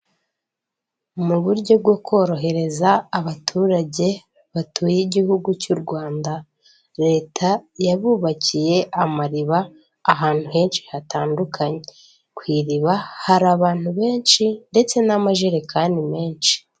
Mu buryo bwo korohereza abaturage batuye igihugu cy'u Rwanda, leta yabubakiye amariba ahantu henshi hatandukanye, ku iriba hari abantu benshi ndetse n'amajerekani menshi.